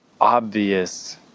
obvious